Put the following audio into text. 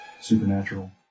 supernatural